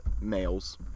males